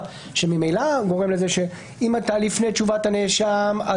שממילא גורם לזה שאם אתה לפני תשובת הנאשם,